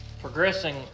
progressing